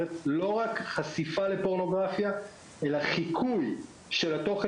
חשיפה לפורנוגרפיה אלא גם חיקוי של התוכן